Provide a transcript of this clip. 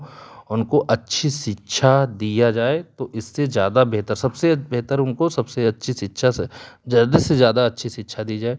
उनको अच्छी शिक्षा दिया जाए तो इससे ज़्यादा बेहतर सबसे बेहतर उनको सबसे अच्छी शिक्षा से ज़्यादा से ज़्यादा अच्छी शिक्षा दी जाए